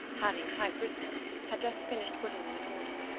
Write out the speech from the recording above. having typewritten them, had just finished putting them in order.